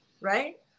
right